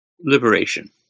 liberation